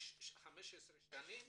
15 שנים